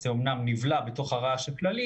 זה אומנם נבלע בתוך הרעש הכללי